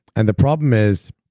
and the problem is,